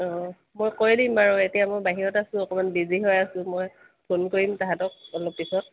অঁ মই কৈ দিম বাৰু এতিয়া মই বাহিৰত আছোঁ অকণমান বিজি হৈ আছোঁ মই ফোন কৰিম তাহাঁতক অলপ পিছত